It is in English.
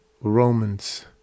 Romans